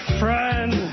friend